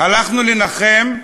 הלכנו לנחם,